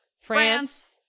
France